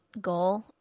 goal